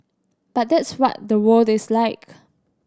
but that's what the world is like